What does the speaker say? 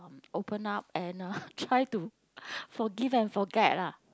open up and uh try to forgive and forget lah